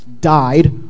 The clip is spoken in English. Died